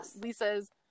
Lisa's